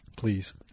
Please